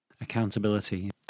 Accountability